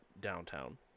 downtown